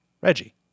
Reggie